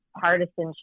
partisanship